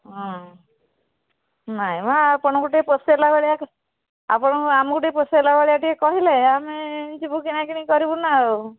ନାଇଁମ ଆପଣଙ୍କୁ ଟିକିଏ ପୋଷେଇଲା ଭଳିଆ ଆପଣ ଆମକୁ ଟିକିଏ ପୋଷେଇଲା ଭଳି ଟିକିଏ କହିଲେ ଆମେ ଯିବୁ କିଣାକିଣି କରିବୁ ନା ଆଉ